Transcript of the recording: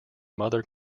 mother